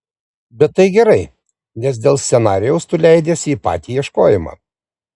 bet tai gerai nes dėl scenarijaus tu leidiesi į patį ieškojimą